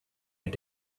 had